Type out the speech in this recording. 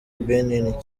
benin